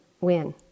win